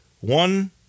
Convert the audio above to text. one